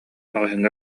маҕаһыыҥҥа